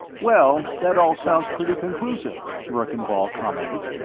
well, that all sounds pretty conclusive, verkan vall commented.